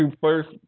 first